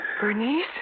Bernice